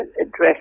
address